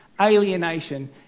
alienation